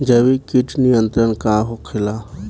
जैविक कीट नियंत्रण का होखेला?